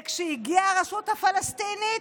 וכשהגיעה הרשות הפלסטינית,